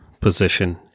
position